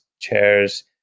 chairs